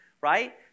right